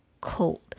cold